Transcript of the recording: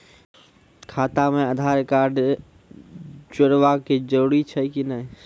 खाता म आधार कार्ड जोड़वा के जरूरी छै कि नैय?